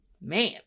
man